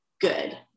good